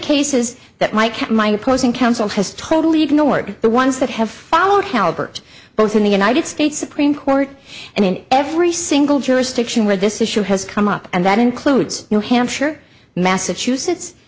cases that mike might opposing counsel has totally ignored the ones that have followed halbert both in the united states supreme court and in every single jurisdiction where this issue has come up and that includes new hampshire massachusetts